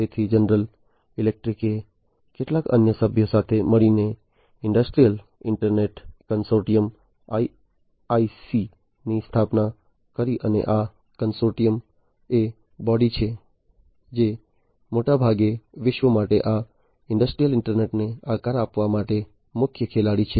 તેથી જનરલ ઈલેક્ટ્રીકએ કેટલાક અન્ય સભ્યો સાથે મળીને ઈન્ડસ્ટ્રીયલ ઈન્ટરનેટ કન્સોર્ટિયમ IIC ની સ્થાપના કરી અને આ કન્સોર્ટિયમ એ બોડી છે જે મોટાભાગે ભવિષ્ય માટે આ ઈન્ડસ્ટ્રીયલ ઈન્ટરનેટને આકાર આપવા માટે મુખ્ય ખેલાડી છે